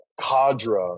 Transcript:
cadre